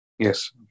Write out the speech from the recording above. Yes